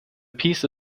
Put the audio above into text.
piece